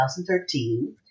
2013